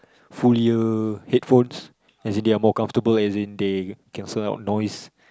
full ear headphones as in they're more comfortable as in they can survive on noise